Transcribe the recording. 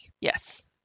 Yes